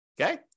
Okay